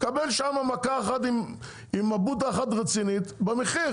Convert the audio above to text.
הוא מקבל שם מכה אחת עם מבוטה אחת רצינית במחיר.